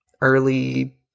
early